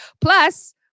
plus